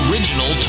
Original